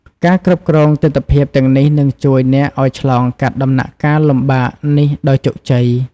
ការគ្រប់គ្រងទិដ្ឋភាពទាំងនេះនឹងជួយអ្នកឱ្យឆ្លងកាត់ដំណាក់កាលលំបាកនេះដោយជោគជ័យ។